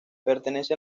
pertenece